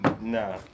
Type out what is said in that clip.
nah